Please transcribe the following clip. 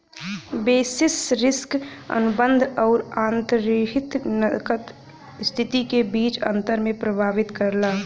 basis risk अनुबंध आउर अंतर्निहित नकद स्थिति के बीच अंतर के प्रभावित करला